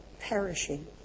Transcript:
perishing